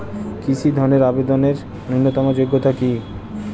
কৃষি ধনের আবেদনের ন্যূনতম যোগ্যতা কী?